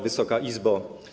Wysoka Izbo!